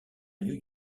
new